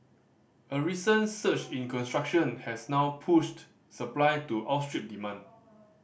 a recent surge in construction has now pushed supply to outstrip demand